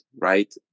right